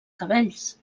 cabells